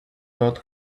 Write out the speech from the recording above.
lot